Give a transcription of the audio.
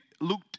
Luke